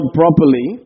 properly